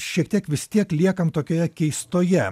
šiek tiek vis tiek liekam tokioje keistoje